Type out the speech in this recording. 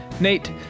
Nate